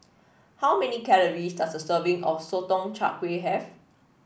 how many calories does a serving of Sotong Char Kway have